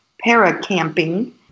para-camping